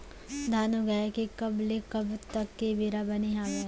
धान उगाए के कब ले कब तक के बेरा बने हावय?